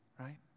Right